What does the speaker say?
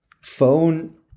Phone